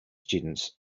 students